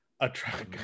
attract